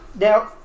now